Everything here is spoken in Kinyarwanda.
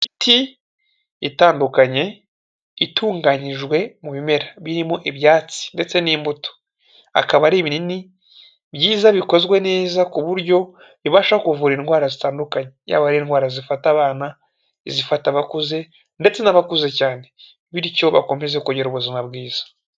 Imiti itandukanye itunganyijwe mu bimera birimo ibyatsi ndetse n'imbuto, akaba ari ibinini byiza bikozwe neza ku buryo bibasha kuvura indwara zitandukanye yaba ari indwara zifata abana, izifata abakuze ndetse n'abakuze cyane bityo bakomeze kugira ubuzima bwiza.